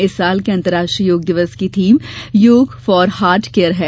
इस वर्ष के अंतरराष्ट्रीय योग दिवस की theme yoga for heart care है